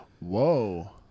Whoa